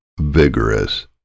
vigorous